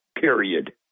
period